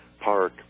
Park